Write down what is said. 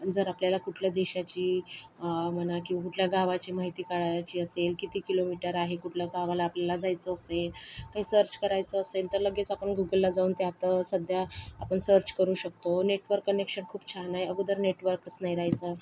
जर आपल्याला कुठल्या देशाची म्हणा किंवा कुठल्या गावाची माहिती काढायची असेल किती किलोमीटर आहे कुठल्या गावाला आपल्याला जायचं असेल सर्च करायचं असेल तर लगेच आपण गूगलला जाऊन त्यात सध्या आपण सर्च करू शकतो नेटवर्क कनेक्शन खूप छान आहे अगोदर नेटवर्कच नाही रहायचं